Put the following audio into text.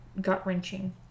gut-wrenching